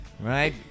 Right